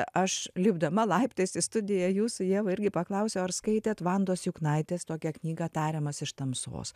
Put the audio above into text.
aš lipdama laiptais į studiją jūsų ieva irgi paklausiau ar skaitėt vandos juknaitės tokią knygą tariamas iš tamsos